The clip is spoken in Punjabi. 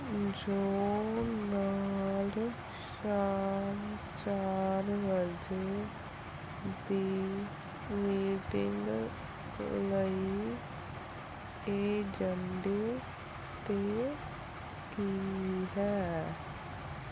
ਜੋਅ ਨਾਲ ਸ਼ਾਮ ਚਾਰ ਵਜੇ ਦੀ ਮੀਟਿੰਗ ਲਈ ਏਜੰਡੇ 'ਤੇ ਕੀ ਹੈ